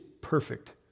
perfect